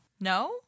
No